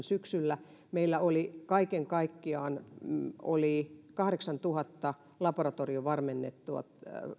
syksyllä kaksituhattayhdeksän kaiken kaikkiaan kahdeksantuhatta laboratoriovarmennettua